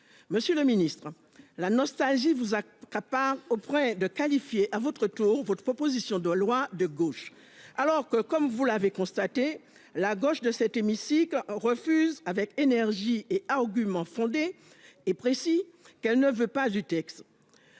Monsieur le Ministre, la nostalgie vous accapare auprès de qualifier à votre tour votre proposition de loi de gauche alors que comme vous l'avez constaté la gauche de cet hémicycle refuse avec énergie et arguments fondés et précis qu'elle ne veut pas du texte.